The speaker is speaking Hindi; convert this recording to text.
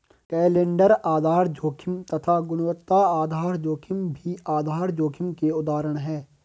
कैलेंडर आधार जोखिम तथा गुणवत्ता आधार जोखिम भी आधार जोखिम के उदाहरण है